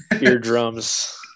eardrums